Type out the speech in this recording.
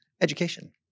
education